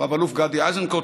רב-אלוף גני איזנקוט,